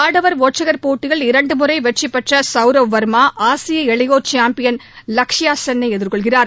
ஆடவா் ஒற்றையா் போட்டியில் இரண்டு முறை வெற்றிப்பெற்ற சவுரவ் வா்மா ஆசிய இளையோா் சாம்பியன் லக்ஷ்யா சென் ஐ எதிர்கொள்கிறார்